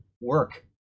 work